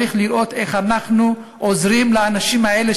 צריך לראות איך אנחנו עוזרים לאנשים האלה,